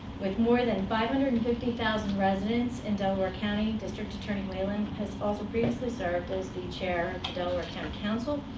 with more than five hundred and fifty thousand residents in delaware county, district attorney whelan has also previously served as the chair of the delaware county council,